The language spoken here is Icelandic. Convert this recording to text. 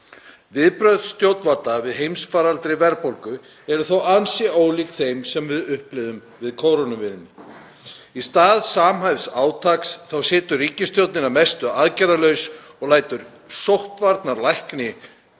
Viðbrögð stjórnvalda við heimsfaraldri verðbólgu eru þó ansi ólík þeim sem við upplifðum við kórónuveirunni. Í stað samhæfðs átaks situr ríkisstjórnin að mestu aðgerðalaus og lætur sóttvarnalækni